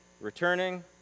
returning